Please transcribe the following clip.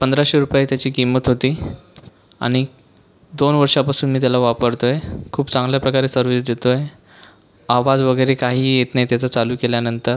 पंधराशे रुपये त्याची किंमत होती आणि दोन वर्षापासून मी त्याला वापरतोय खूप चांगल्या प्रकारे सर्विस देतोय आवाज वगैरे काहीही येत नाही त्याचा चालू केल्यानंतर